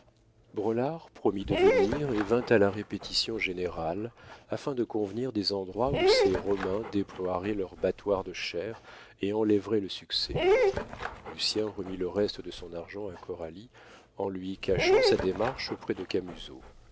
braulard promit de venir et vint à la répétition générale afin de convenir des endroits où ses romains déploieraient leurs battoirs de chair et enlèveraient le succès lucien remit le reste de son argent à coralie en lui cachant sa démarche auprès de